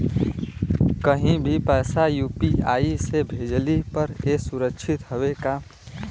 कहि भी पैसा यू.पी.आई से भेजली पर ए सुरक्षित हवे का?